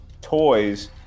*Toys*